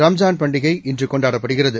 ரம்ஸான் பண்டிகை இன்று கொண்டாடப்படுகிறது